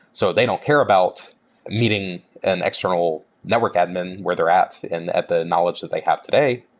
so they don't care about needing an external network admin where they're at and at the knowledge that they have today,